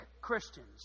Christians